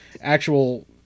actual –